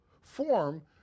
form